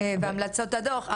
מהמלצות הדו"ח.